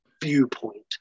viewpoint